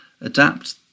adapt